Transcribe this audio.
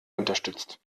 unterstützt